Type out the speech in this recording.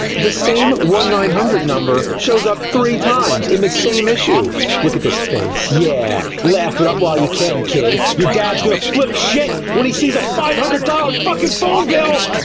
the same one nine hundred number shows up three times in the same issue. look at this face. yeah, laugh it up while you can, kid. your dad's gonna flip shit when he sees a five hundred dollars fuckin' phone bill!